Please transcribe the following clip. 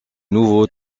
nouveau